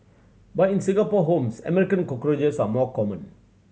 but in Singapore homes American cockroaches are more common